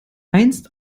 einst